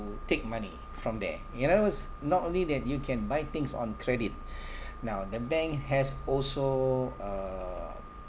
take money from there you know s~ not only that you can buy things on credit now the bank has also uh